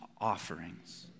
offerings